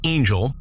Angel